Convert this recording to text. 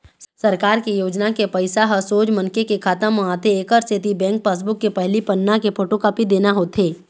सरकार के योजना के पइसा ह सोझ मनखे के खाता म आथे एकर सेती बेंक पासबूक के पहिली पन्ना के फोटोकापी देना होथे